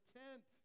tent